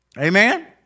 Amen